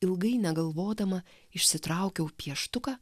ilgai negalvodama išsitraukiau pieštuką